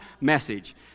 message